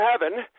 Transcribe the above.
heaven